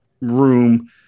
room